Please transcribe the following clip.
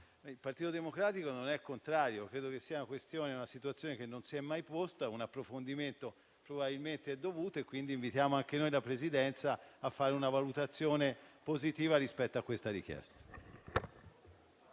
il Partito Democratico non è contrario. Credo sia una situazione che non si sia mai posta; un approfondimento probabilmente è dovuto, quindi invitiamo anche noi la Presidenza a fare una valutazione positiva rispetto a tale richiesta.